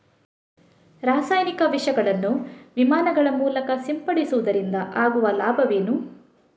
ರಾಸಾಯನಿಕ ವಿಷಗಳನ್ನು ವಿಮಾನಗಳ ಮೂಲಕ ಸಿಂಪಡಿಸುವುದರಿಂದ ಆಗುವ ಲಾಭವೇನು?